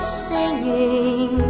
singing